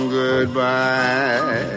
goodbye